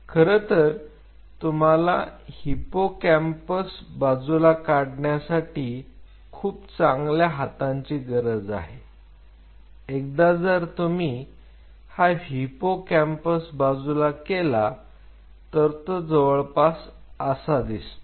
खरंतर तुम्हाला हिप्पोकॅम्पस बाजूला काढण्यासाठी खूप चांगल्या हातांची गरज आहे एकदा जर तुम्ही हा हिप्पोकॅम्पस बाजूला केला तर तो जवळपास असा दिसतो